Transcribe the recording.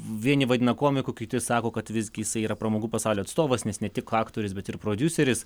vieni vadina komiku kiti sako kad visgi jisai yra pramogų pasaulio atstovas nes ne tik aktorius bet ir prodiuseris